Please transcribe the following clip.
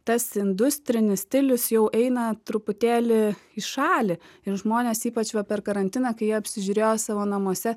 tas industrinis stilius jau eina truputėlį į šalį ir žmonės ypač va per karantiną kai apsižiūrėjo savo namuose